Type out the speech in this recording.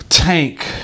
Tank